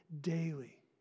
daily